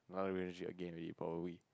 a relationship again already probably